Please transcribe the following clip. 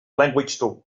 languagetool